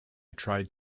tried